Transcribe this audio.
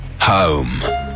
home